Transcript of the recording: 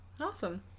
Awesome